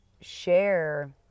share